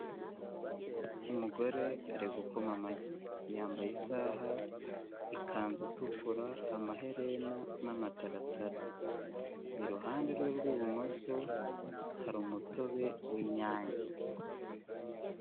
Umugore ari gukoma amashyi, yambaye isaha, ikanzu itukura, amaherena n'amataratara, iruhande rwe rw'ibumoso hari umutobe w'Inyange.